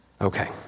Okay